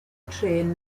trên